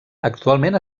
actualment